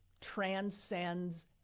transcends